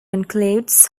includes